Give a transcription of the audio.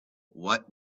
what